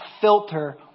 filter